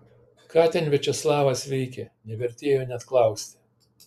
ką ten viačeslavas veikė nevertėjo net klausti